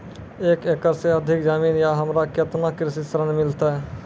एक एकरऽ से अधिक जमीन या हमरा केतना कृषि ऋण मिलते?